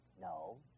No